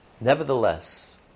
nevertheless